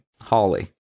Holly